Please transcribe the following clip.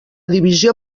divisió